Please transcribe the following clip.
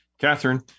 Catherine